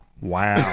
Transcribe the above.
Wow